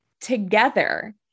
together